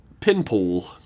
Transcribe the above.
pinpool